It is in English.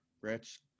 rich